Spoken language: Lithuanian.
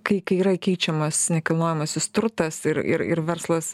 kai kai yra įkeičiamas nekilnojamasis turtas ir ir ir verslas